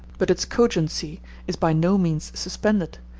but its cogency is by no means suspended,